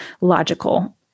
logical